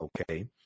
okay